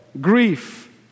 grief